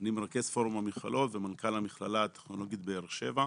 אני מרכז פורום המכללות ומנכ"ל המכללה הטכנולוגית באר שבע.